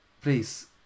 please